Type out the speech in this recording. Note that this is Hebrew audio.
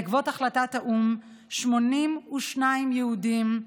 בעקבות החלטת האו"ם, 82 יהודים,